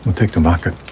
we'll take the market.